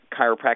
chiropractic